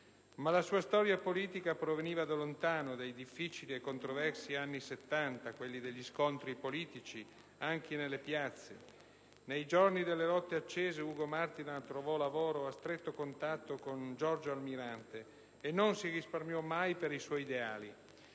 La sua storia politica proveniva da lontano: dai difficili e controversi anni Settanta, quelli degli scontri politici, anche nelle piazze. Nei giorni delle lotte accese, Ugo Martinat lavorò a stretto contatto con Giorgio Almirante e non si risparmiò mai per i suoi ideali.